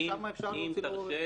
וכמה אפשר --- אם תרשה לי,